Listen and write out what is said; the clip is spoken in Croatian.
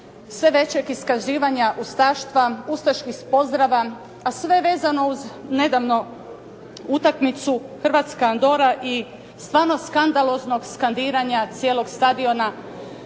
sve većeg iskazivanja ustaštva, ustaških pozdrava, a sve vezano uz nedavnu utakmicu Hrvatska – Andora i stvarno skandaloznog skandiranja cijelog stadiona